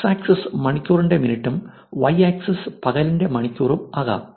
X axis മണിക്കൂറിന്റെ മിനിറ്റും Y axis പകലിന്റെ മണിക്കൂറും ആകാം